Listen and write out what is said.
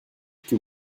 que